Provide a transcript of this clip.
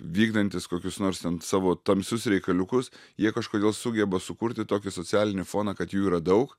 vykdantys kokius nors ten savo tamsius reikaliukus jie kažkodėl sugeba sukurti tokį socialinį foną kad jų yra daug